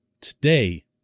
today